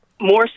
More